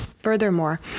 Furthermore